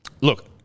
look